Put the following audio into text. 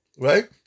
right